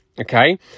okay